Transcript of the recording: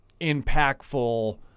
impactful